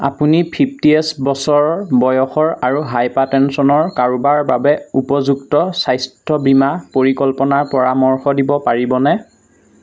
আপুনি fifty years বছৰ বয়সৰ আৰু হাইপাটেনছনৰ কাৰোবাৰ বাবে উপযুক্ত স্বাস্থ্য বীমা পৰিকল্পনাৰ পৰামৰ্শ দিব পাৰিবনে